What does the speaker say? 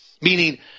meaning